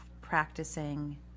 practicing